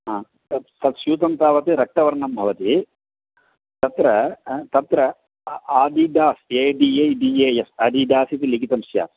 हा तत् तत् स्यूतं तावत् रक्तवर्णस्य भवति तत्र तत्र Adidas A D I D A S Adidas इति लिखितं स्यात्